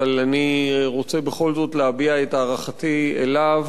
אני רוצה בכל זאת להביע את הערכתי אליו,